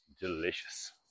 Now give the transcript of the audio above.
delicious